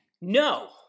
no